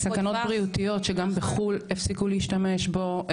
סכנות בריאותיות שגם בחו"ל הפסיקו להשתמש בו.